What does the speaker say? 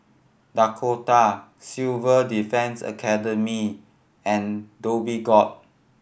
Dakota Civil Defence Academy and Dhoby Ghaut